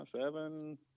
seven